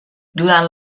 durant